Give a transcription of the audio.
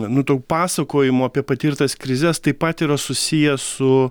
nu tų pasakojimų apie patirtas krizes taip pat yra susiję su